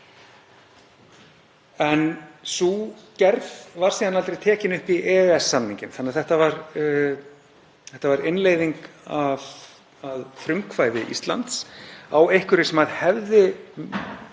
En sú gerð var síðan aldrei tekin upp í EES-samninginn þannig að þetta var innleiðing að frumkvæði Íslands á einhverju sem hefði